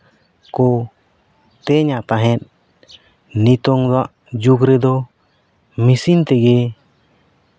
ᱠᱚ ᱛᱮᱧᱟ ᱛᱟᱦᱮᱱ ᱱᱤᱛᱚᱝ ᱡᱩᱜᱽ ᱨᱮᱫᱚ ᱢᱮᱹᱥᱤᱱ ᱛᱮᱜᱮ